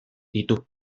ditu